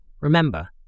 Remember